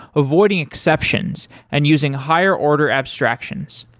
avoiding exceptions and using higher order abstractions.